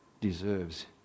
deserves